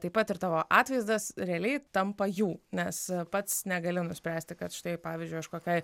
taip pat ir tavo atvaizdas realiai tampa jų nes pats negali nuspręsti kad štai pavyzdžiui aš kokiai